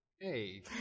Hey